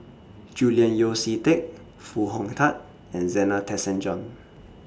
Julian Yeo See Teck Foo Hong Tatt and Zena Tessensohn